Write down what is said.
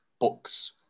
books